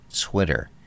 Twitter